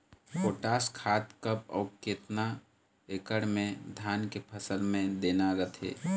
Potash खाद कब अऊ केतना एकड़ मे धान के फसल मे देना रथे?